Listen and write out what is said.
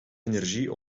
energie